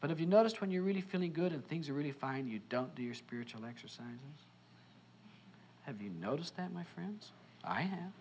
but have you noticed when you're really feeling good and things are really fine you don't do your spiritual exercise have you noticed that my friends i have